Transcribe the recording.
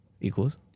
Equals